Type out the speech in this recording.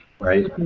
Right